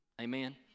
Amen